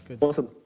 awesome